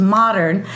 modern